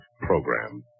program